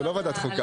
זה לא וועדה חוקה.